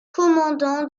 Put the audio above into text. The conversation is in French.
commandant